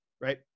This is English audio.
right